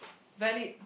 valid